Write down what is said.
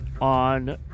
on